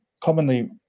commonly